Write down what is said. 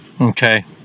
Okay